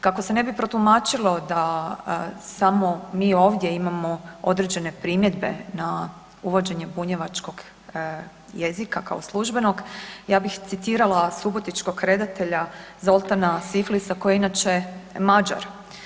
Kako se ne bi protumačilo da samo mi ovdje imamo određene primjedbe na uvođenje bunjevačkog jezika kao službenog ja bih citirala subotičkog redatelja Zoltana Siflisa koji je inače Mađar.